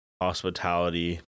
hospitality